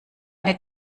eine